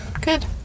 Good